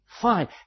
fine